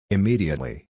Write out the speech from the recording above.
Immediately